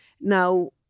Now